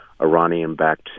Iranian-backed